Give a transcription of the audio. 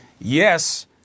yes